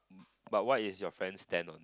but what is your friends stand on